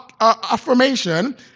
affirmation